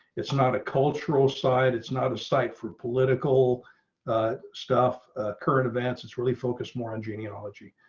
it's not a cultural side. it's not a site for political stuff current events. it's really focused more on genealogy.